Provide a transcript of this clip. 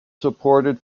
support